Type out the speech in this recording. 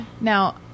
Now